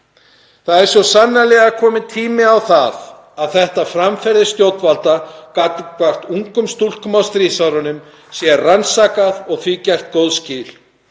Það er svo sannarlega kominn tími á það að þetta framferði stjórnvalda gagnvart ungum stúlkum á stríðsárunum sé rannsakað og því gerð góð skil.